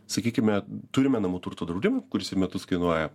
sakykime turime namų turtų draudimą kuris į metus kainuoja